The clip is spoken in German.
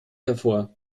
hervor